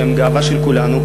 שהם הגאווה של כולנו,